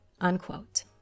unquote